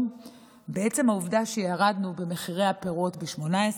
בעצם העובדה שירדנו במחירי הפירות ב-18%,